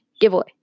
giveaway